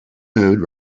mood